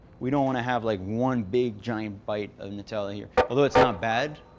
we don't want to have like one big giant bite of nutella here. although it's not bad.